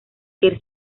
que